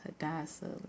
Hadassah